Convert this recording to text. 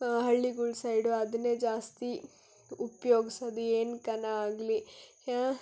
ಹಳ್ಳಿಗಳ ಸೈಡು ಅದನ್ನೇ ಜಾಸ್ತಿ ಉಪ್ಯೋಗ್ಸೋದು ಏನ್ಕರಾ ಆಗಲಿ